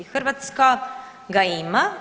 Hrvatska ga ima.